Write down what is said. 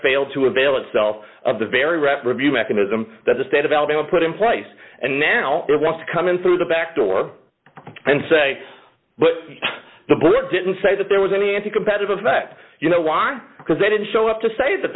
failed to avail itself of the very rapid review mechanism that the state of alabama put in place and now it wants to come in through the back door and say but the board didn't say that there was any anticompetitive that you know why because they didn't show up to say that